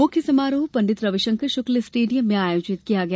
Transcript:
मुख्य समारोह पंड़ित रविशंकर शुक्ल स्टेडियम में आयोजित किया गया